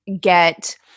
get